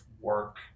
work